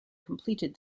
completed